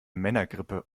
männergrippe